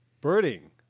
birding